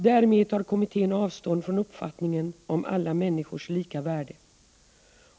Därmed tar kommittén avstånd från uppfattningen om alla människors lika värde.